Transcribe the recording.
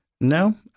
No